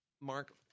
Mark